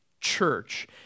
church